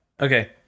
Okay